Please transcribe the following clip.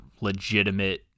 legitimate